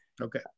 Okay